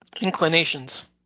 Inclinations